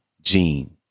gene